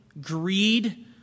greed